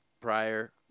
prior